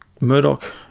Murdoch